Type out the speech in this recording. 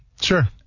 sure